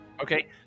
Okay